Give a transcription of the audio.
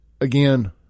again